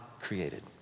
created